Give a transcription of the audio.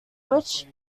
which